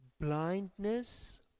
blindness